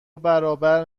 برابر